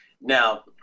Now